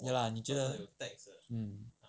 ya lah 你觉得 mm